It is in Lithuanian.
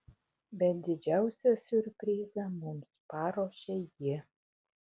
bet didžiausią siurprizą mums paruošė ji